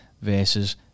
versus